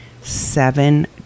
Seven